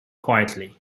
quietly